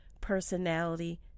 personality